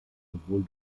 sowohl